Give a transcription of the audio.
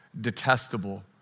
detestable